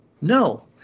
No